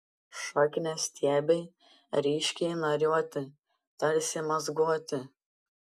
šakniastiebiai ryškiai nariuoti tarsi mazguoti